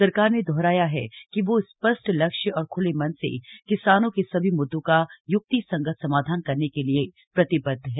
सरकार ने दोहराया है कि वह स्पष्ट लक्ष्य और ख्ले मन से किसानों के सभी म्द्दों का य्क्तिसंगत समाधान करने के लिए प्रतिबद्ध है